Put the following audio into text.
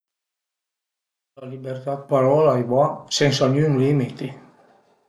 La libertà dë parola a i va, sensa gnün limiti